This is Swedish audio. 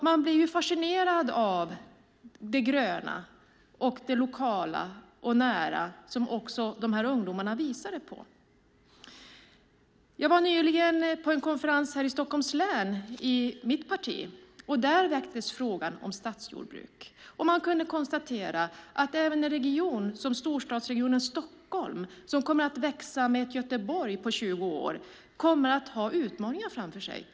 Man blir fascinerad av det gröna, det lokala och nära som ungdomarna visade på. Jag var nyligen på en konferens här i Stockholms län med mitt parti där frågan om stadsjordbruk väcktes. Vi kunde konstatera att även en region som storstadsregionen Stockholm, som kommer att växa med ett Göteborg på 20 år, kommer att ha utmaningar framför sig.